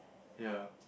ya